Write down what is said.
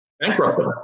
Bankrupt